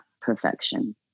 perfection